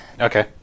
Okay